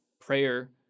prayer